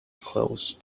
close